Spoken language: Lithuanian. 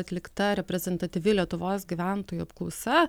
atlikta reprezentatyvi lietuvos gyventojų apklausa